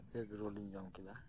ᱮᱜᱽ roll ᱤᱧ ᱡᱚᱢ ᱠᱮᱫᱟ